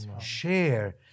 Share